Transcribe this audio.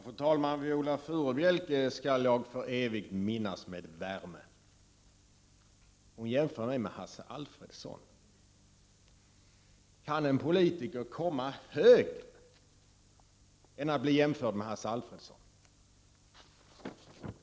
Fru talman! Viola Furubjelke skall jag för evigt minnas med värme. Hon jämför mig med Hasse Alfredson. Kan en politiker komma högre än att bli jämförd med Hasse Alfredson?